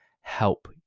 help